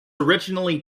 originally